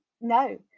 no